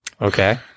Okay